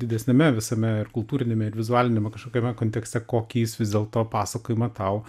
didesniame visame ir kultūriniame ir vizualiniame kažkokiame kontekste kokį jis vis dėlto pasakojimą tau